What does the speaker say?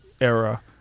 era